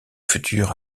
futur